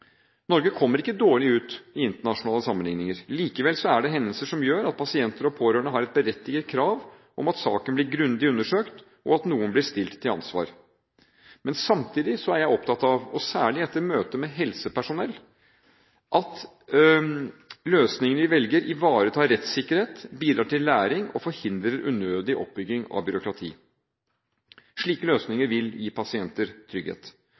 Norge kommer ikke dårlig ut i internasjonale sammenlikninger. Likevel er det hendelser som gjør at pasienter og pårørende har et berettiget krav til at saken blir grundig undersøkt, og at noen blir stilt til ansvar. Samtidig er jeg opptatt av – særlig etter møter med helsepersonell – at løsningene vi velger, ivaretar rettssikkerhet, bidrar til læring og forhindrer unødig oppbygging av byråkrati. Slike løsninger vil gi pasienter trygghet,